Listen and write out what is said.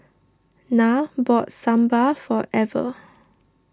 Nyah bought Sambar for Ever